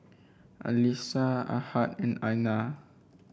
Alyssa Ahad and Aina